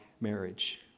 marriage